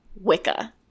Wicca